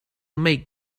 make